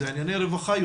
אלה יותר ענייני רווחה.